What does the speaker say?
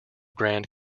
grand